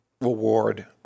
reward